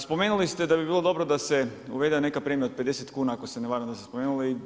Spomenuli ste da bi bilo dobro da se uvede neka premija od 50 kuna ako se ne varam da ste spomenuli.